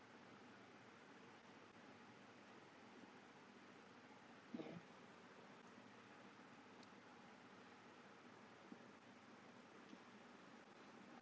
yeah